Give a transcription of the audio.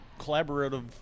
collaborative